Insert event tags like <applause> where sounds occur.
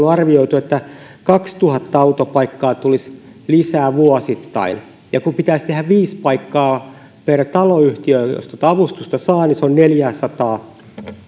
<unintelligible> on arvioitu että miljoonallaviidelläsadallatuhannella tulisi kaksituhatta autopaikkaa lisää vuosittain ja kun pitäisi tehdä viisi paikkaa per taloyhtiö jos tuota avustusta saa niin se on neljäsataa